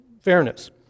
fairness